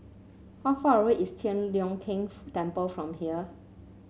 how far away is Tian Leong Keng Temple from here